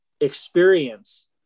experience